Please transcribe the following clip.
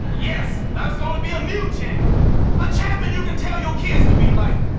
yes, there's going to be a new champion, a champion you can tell your kids to be like.